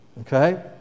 okay